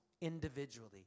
individually